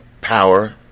power